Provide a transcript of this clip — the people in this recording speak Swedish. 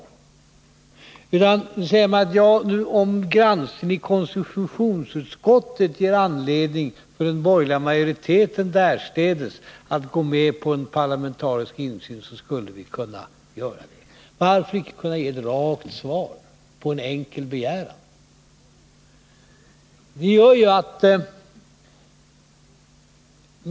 I stället säger utrikesministern att om granskningen i konstitutionsutskottet ger anledning för den borgerliga majoriteten därstädes att gå med på en parlamentarisk insyn skulle man kunna få en sådan. Varför inte kunna ge ett rakt svar på en enkel begäran?